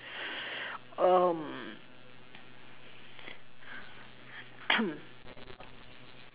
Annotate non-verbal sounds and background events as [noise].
um [noise]